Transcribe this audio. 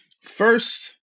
First